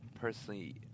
personally